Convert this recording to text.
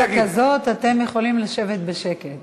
עם קואליציה כזאת אתם יכולים לשבת בשקט.